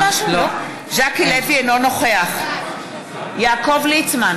אינו נוכח יעקב ליצמן,